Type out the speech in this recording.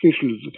officials